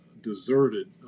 deserted